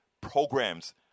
programs